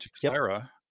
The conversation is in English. Clara